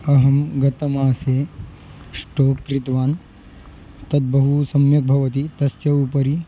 अहं गतमासे शटोक् क्रीतवान् तद् बहु सम्यक् भवति तस्य उपरि